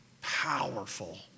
powerful